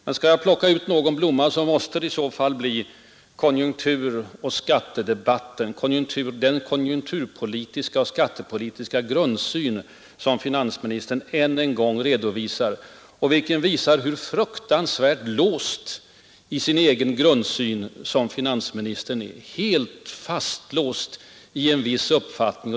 Men skall jag plocka ut något, måste det i så fall bli den konjunkturpolitiska och skattepolitiska grundsyn som finansministern än en gång redovisar på ett sätt som visar hur fruktansvärt fastlåst han är i sin uppfattning.